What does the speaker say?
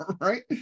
right